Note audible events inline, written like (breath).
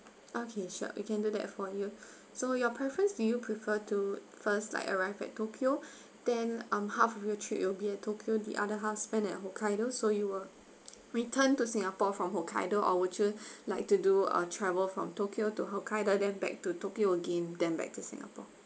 okay sure we can do that for you so your preference do you prefer to first like arrive at tokyo (breath) then um half way trip you will be a tokyo the other half spend at hokkaido so you will return to singapore from hokkaido or would you (breath) like to do a travel from tokyo to hokkaido then back to tokyo again then back to singapore